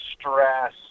stress